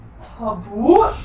Taboo